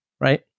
Right